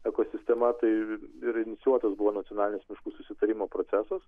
ekosistema tai ir inicijuotas buvo nacionalinis miškų susitarimo procesas